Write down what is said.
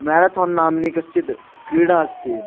marathon नाम्नि कश्चिद् क्रीडा अस्ति